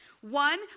One